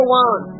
one